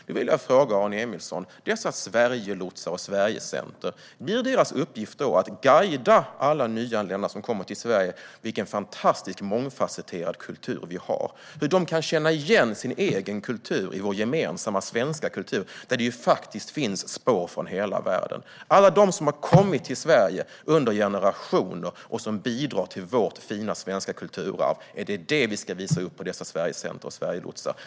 Jag vill därför fråga Aron Emilsson: Blir det Sverigelotsarnas och Sverigecentrens uppgift att guida alla nyanlända i Sverige och visa vilken fantastiskt mångfasetterad kultur vi har och hur de kan känna igen sin egen kultur i vår gemensamma svenska kultur? I den finns det faktiskt spår från hela världen av alla dem som har kommit till Sverige under generationer och som bidrar till vårt fina svenska kulturarv. Är det detta som ska visas upp av Sverigelotsarna och på Sverigecentren?